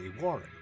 Warren